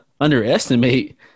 underestimate